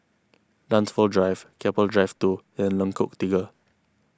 Dunsfold Drive Keppel Drive two and Lengkok Tiga